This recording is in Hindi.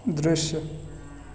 दृश्य